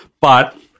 But-